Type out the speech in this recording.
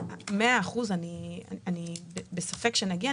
ל-100% אני בספק אם נגיע.